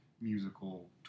musical